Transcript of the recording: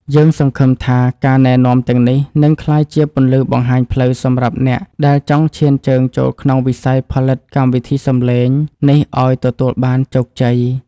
យើងសង្ឃឹមថាការណែនាំទាំងនេះនឹងក្លាយជាពន្លឺបង្ហាញផ្លូវសម្រាប់អ្នកដែលចង់ឈានជើងចូលក្នុងវិស័យផលិតកម្មវិធីសំឡេងនេះឱ្យទទួលបានជោគជ័យ។